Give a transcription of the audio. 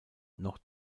noch